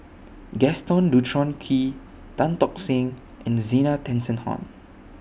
Gaston Dutronquoy Tan Tock Seng and Zena Tessensohn